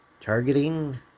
targeting